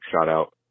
shout-out